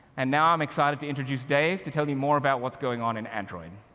and now, i'm excited to introduce dave to tell you more about what's going on in android.